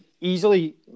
easily